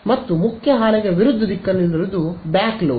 ಮತ್ತು ಮುಖ್ಯ ಹಾಲೆಗೆ ವಿರುದ್ಧ ದಿಕ್ಕನ್ನಲ್ಲಿರುವುದು ಬ್ಯಾಕ್ ಲೋಬ್